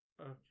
Okay